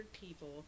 people